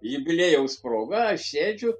jubiliejaus proga aš sėdžiu